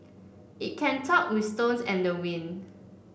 it can talk with stones and the wind